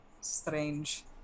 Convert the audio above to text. strange